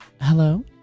Hello